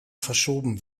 verschoben